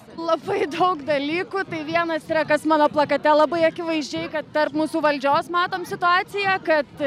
labai daug dalykų tai vienas yra kas mano plakate labai akivaizdžiai kad tarp mūsų valdžios matom situaciją kad